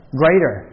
greater